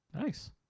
Nice